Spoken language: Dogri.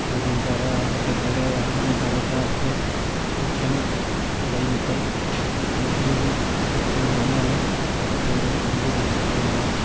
जंदू पैदा होएया हा ते कटरे गै होएया हा इ'यां साढ़े घर इत्थै पिच्छै न चढैई मुत्तल उत्थै न ते उत्थै दे अस रौंह्ने आह्ले न ते उधमपुर डिस्टिकस च पौंदा ओह्